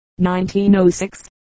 1906